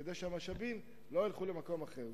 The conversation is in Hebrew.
כדי שהמשאבים לא ילכו למקום אחר,